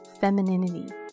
femininity